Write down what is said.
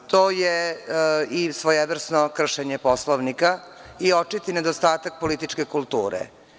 To je i svojevrsno kršenje Poslovnika i očiti nedostatak političke kulture.